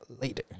later